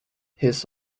his